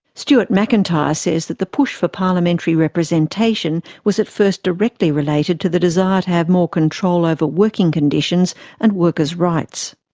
stuart macintyre says that the push for parliamentary representation was at first directly related to the desire to have more control over working conditions and workers' rights.